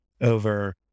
over